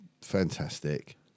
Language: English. fantastic